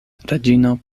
reĝino